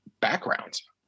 backgrounds